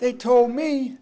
they told me